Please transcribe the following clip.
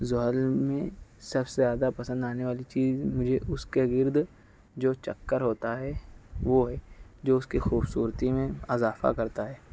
زحل میں سب سے زیادہ پسند آنے والی چیز مجھے اس کے گرد جو چکر ہوتا ہے وہ ہے جو اس کی خوبصورتی میں اضافہ کرتا ہے